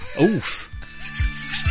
Oof